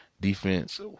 defense